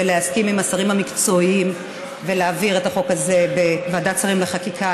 הסכימה עם השרים המקצועיים והעבירה את החוק הזה בוועדת השרים לחקיקה.